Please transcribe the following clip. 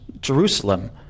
Jerusalem